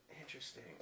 Interesting